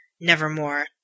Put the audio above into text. nevermore